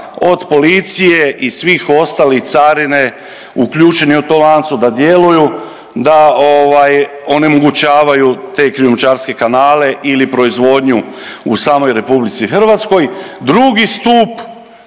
od policije i svih ostalih, carine, uključeni u tom lancu da djeluju, da ovaj, onemogućavaju te krijumčarske kanale ili proizvodnju u samoj RH, drugi stup